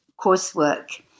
coursework